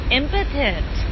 impotent